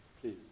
Please